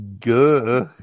Good